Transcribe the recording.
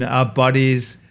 and our bodies,